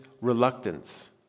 reluctance